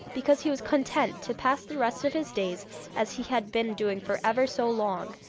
because he was content to pass the rest of his days as he had been doing for ever so long,